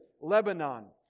Lebanon